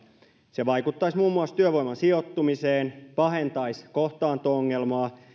se vaikuttaisi muun muassa työvoiman sijoittumiseen ja pahentaisi kohtaanto ongelmaa